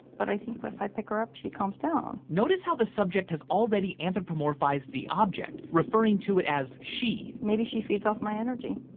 but i think if i pick her up, she calms down. notice how the subject has already anthropomorphized the object referring to it as she. maybe she feeds off my energy.